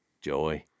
joy